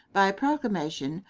by proclamation,